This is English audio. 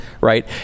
right